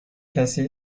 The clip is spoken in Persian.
کسی